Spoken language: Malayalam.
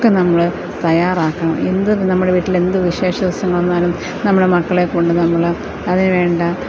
ഒക്കെ നമ്മള് തയ്യാറാക്കണം എന്ത് നമ്മുടെ വീട്ടില് എന്ത് വിശേഷ ദിവസം വന്നാലും നമ്മുടെ മക്കളെ കൊണ്ട് നമ്മള് അതിനുവേണ്ട